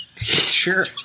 Sure